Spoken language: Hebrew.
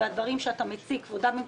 זה דבר